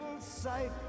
sight